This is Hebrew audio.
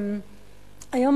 תודה,